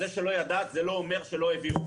זה שלא ידעת זה לא אומר שלא העבירו.